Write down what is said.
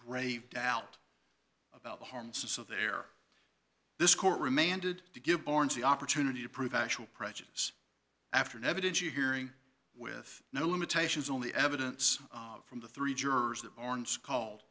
grave doubt about the harms of so there this court remanded to give barnes the opportunity to prove actual prejudice after an evidence you hearing with no limitations only evidence from the three jurors that are call